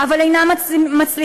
אבל אינם מצליחים,